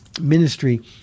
ministry